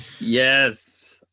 Yes